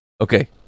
Okay